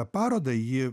parodai ji